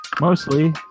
Mostly